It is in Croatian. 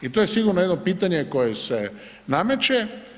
I to je sigurno jedno pitanje koje se nameće.